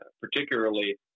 particularly